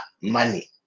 money